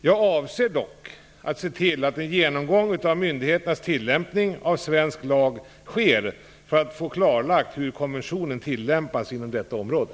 Jag avser dock att se till att en genomgång av myndigheternas tillämpning av svensk lag sker för att få klarlagt hur konventionen tillämpas inom detta område.